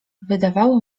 wydawało